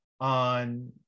On